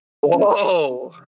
Whoa